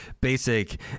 basic